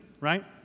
right